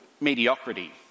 mediocrity